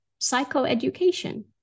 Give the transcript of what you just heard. psychoeducation